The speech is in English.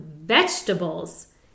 vegetables